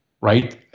right